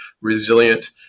resilient